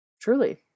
Truly